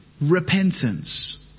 Repentance